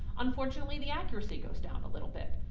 unfortunately, the accuracy goes down a little bit.